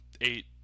eight